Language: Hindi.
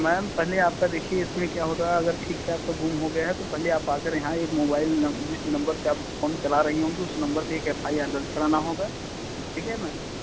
मैम पहले आपका देखिए इसमें क्या होता है अगर ठीक से आपका गुम हो गया है तो पहले आप आकर यहाँ एक मोबाइल नंबर जिस नंबर से आप फोन चला रही होंगी उस नंबर पर एक एफ आई आर दर्ज कराना होगा ठीक है मैम